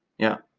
yeah,